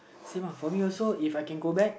same ah for me also If I can go back